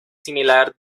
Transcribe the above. similar